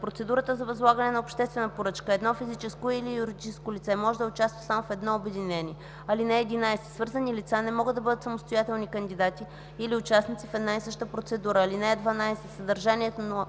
процедура за възлагане на обществена поръчка едно физическо или юридическо лице може да участва само в едно обединение. (11) Свързани лица не могат да бъдат самостоятелни кандидати или участници в една и съща процедура. (12) Съдържанието